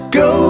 go